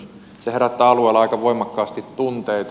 se herättää alueella aika voimakkaasti tunteita